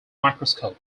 microscope